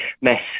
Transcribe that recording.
mess